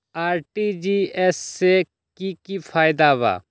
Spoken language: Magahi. आर.टी.जी.एस से की की फायदा बा?